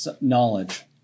knowledge